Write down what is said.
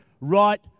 right